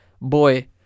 boy